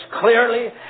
clearly